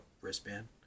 wristband